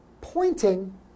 pointing